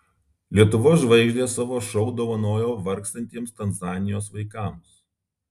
lietuvos žvaigždės savo šou dovanojo vargstantiems tanzanijos vaikams